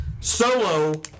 Solo